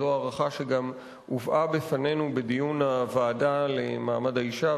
זאת הערכה שגם הובאה בפנינו בדיון הוועדה למעמד האשה,